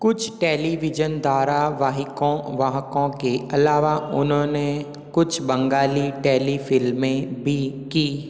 कुछ टेलीविजन धारावाहिकों वाहकों के अलावा उन्होंने कुछ बंगाली टेलीफिल्में भी की